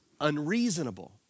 unreasonable